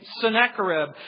Sennacherib